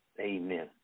amen